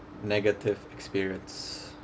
negative experience